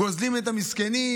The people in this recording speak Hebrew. גוזלים את המסכנים,